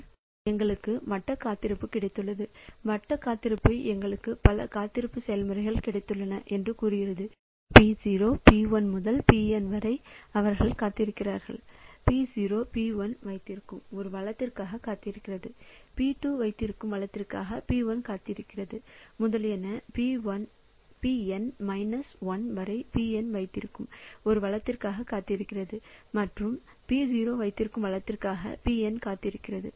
அடுத்து எங்களுக்கு வட்ட காத்திருப்பு கிடைத்துள்ளது வட்ட காத்திருப்பு எனக்கு பல காத்திருப்பு செயல்முறைகள் கிடைத்துள்ளன என்று கூறுகிறது P0 P1 வரை Pn வரை அவர்கள் காத்திருக்கிறார்கள் P0 P1 வைத்திருக்கும் ஒரு வளத்திற்காக காத்திருக்கிறது P2 வைத்திருக்கும் வளத்திற்காக P1 காத்திருக்கிறது முதலியன Pn மைனஸ் 1 வரை Pn வைத்திருக்கும் ஒரு வளத்திற்காக காத்திருக்கிறது மற்றும் P0 வைத்திருக்கும் வளத்திற்காக Pn காத்திருக்கிறது